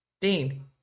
Dean